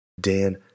Dan